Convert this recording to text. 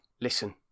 Listen